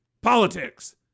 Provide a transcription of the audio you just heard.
politics